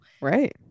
right